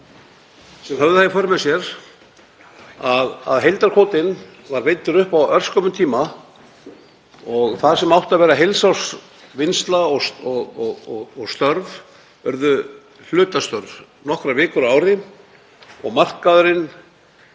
sem höfðu það í för með sér að heildarkvótinn var veiddur upp á örskömmum tíma og það sem átti að vera heilsársvinnsla og -störf urðu hlutastörf nokkrar vikur á ári og markaðurinn